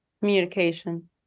Communication